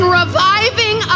reviving